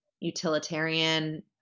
utilitarian